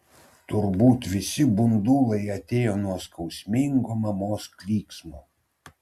turbūt visi bundulai aidėjo nuo skausmingo mamos klyksmo